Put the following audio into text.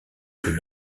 plus